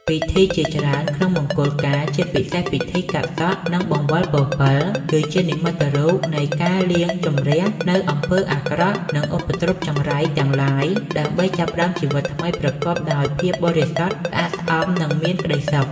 ពិធីជាច្រើនក្នុងមង្គលការ ជាពិសេសពិធី កាត់សក់ និង បង្វិលពពិល គឺជានិមិត្តរូបនៃការលាងជម្រះនូវអំពើអាក្រក់ និងឧបទ្រពចង្រៃទាំងឡាយ ដើម្បីចាប់ផ្តើមជីវិតថ្មីប្រកបដោយភាពបរិសុទ្ធ ស្អាតស្អំ និងមានក្តីសុខ ។